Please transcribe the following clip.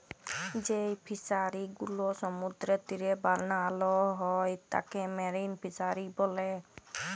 যেই ফিশারি গুলো সমুদ্রের তীরে বানাল হ্যয় তাকে মেরিন ফিসারী ব্যলে